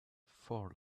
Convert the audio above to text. four